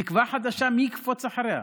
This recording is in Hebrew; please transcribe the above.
תקווה חדשה, מי יקפוץ אחריה?